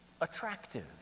attractive